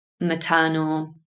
maternal